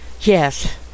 Yes